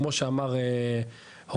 וכמו שאמר הוד,